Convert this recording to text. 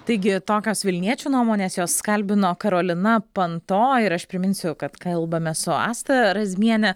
taigi tokios vilniečių nuomonės juos kalbino karolina panto ir aš priminsiu kad kalbame su asta razmiene